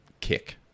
kick